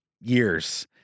years